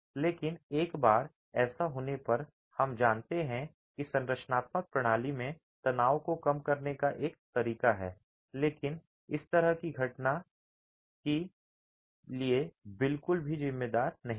लेकिन एक बार ऐसा होने पर हम जानते हैं कि संरचनात्मक प्रणाली में तनाव को कम करने का एक तरीका है लेकिन इस तरह की घटना इस तरह की घटना की घटना के लिए बिल्कुल भी जिम्मेदार नहीं है